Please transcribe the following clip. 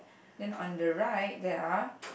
then on the right there are